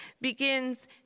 begins